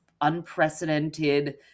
unprecedented